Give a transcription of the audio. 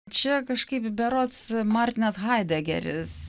čia kažkaip berods martinas haidegeris